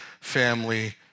family